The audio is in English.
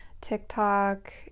TikTok